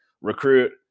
recruit